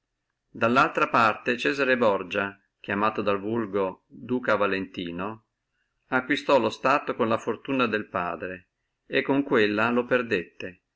dallaltra parte cesare borgia chiamato dal vulgo duca valentino acquistò lo stato con la fortuna del padre e con quella lo perdé